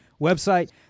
website